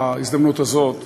בהזדמנות הזאת,